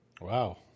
Wow